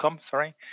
Sorry